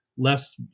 less